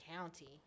County